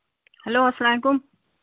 hello اَسلام علیکُم